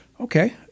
Okay